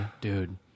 dude